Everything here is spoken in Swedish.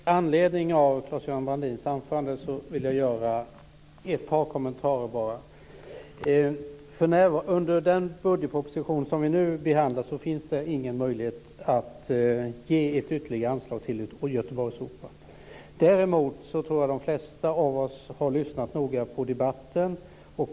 Herr talman! I anledning av Claes-Göran Brandins anförande vill jag göra ett par kommentarer. Under den budgetproposition som vi nu behandlar finns det ingen möjlighet att ge ett ytterligare anslag till Göteborgsoperan. Däremot tror jag att de flesta av oss har lyssnat noga på debatten.